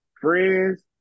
Friends